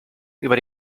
über